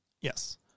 Yes